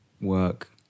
work